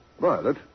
Violet